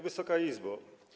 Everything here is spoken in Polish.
Wysoka Izbo!